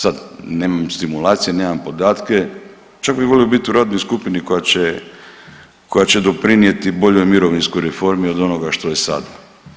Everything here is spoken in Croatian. Sad, nemam stimulacije, nemam podatke, čak bi volio biti u radnoj skupini koja će doprinijeti boljoj mirovinskoj reformi od onoga što je sada.